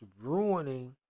ruining